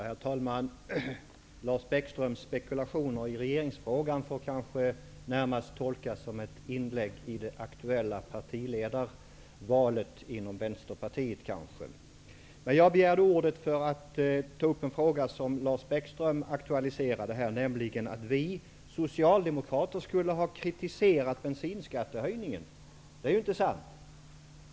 Herr talman! Lars Bäckströms spekulationer i regeringsfrågan får kanske närmast tolkas som ett inlägg i det aktuella partiledarvalet inom Jag begärde ordet för att ta upp en fråga som Lars Bäckström aktualiserade, nämligen att vi socialdemokrater skulle ha kritiserat bensinskattehöjningen. Det är inte sant.